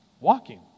walking